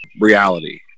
reality